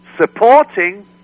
supporting